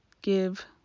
give